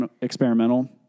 experimental